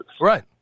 Right